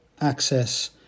access